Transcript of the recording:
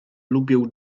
lubię